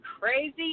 crazy